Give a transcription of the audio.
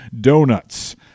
Donuts